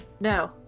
No